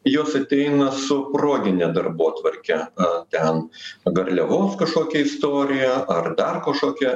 jos ateina su progine darbotvarke ten garliavos kažkokia istorija ar dar kažkokia